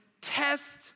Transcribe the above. Test